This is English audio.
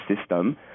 system